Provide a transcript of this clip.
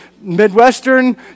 Midwestern